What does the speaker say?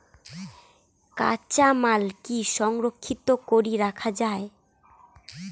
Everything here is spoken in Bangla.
কাঁচামাল কি সংরক্ষিত করি রাখা যায়?